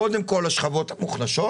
קודם כול השכבות המוחלשות,